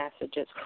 messages